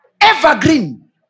evergreen